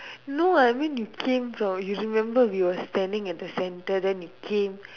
no I mean you came you from you should remember we were standing in the centre then you came